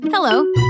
Hello